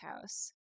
house